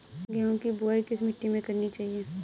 गेहूँ की बुवाई किस मिट्टी में करनी चाहिए?